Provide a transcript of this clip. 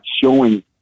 showing